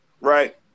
right